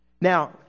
Now